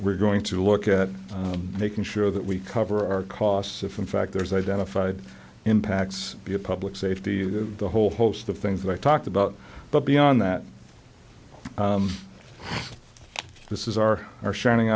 we're going to look at making sure that we cover our costs if in fact there is identified impacts be a public safety issue the whole host of things that i talked about but beyond that this is our our shining